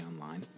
online